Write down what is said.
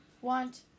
want